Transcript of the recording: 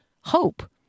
hope